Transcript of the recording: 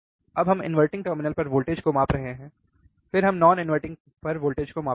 अब हम inverting terminal पर वोल्टेज को माप रहे हैं फिर हम नॉन इनवर्टिंग पर वोल्टेज को मापेंगे